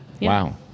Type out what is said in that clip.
Wow